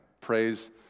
praise